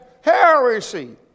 heresy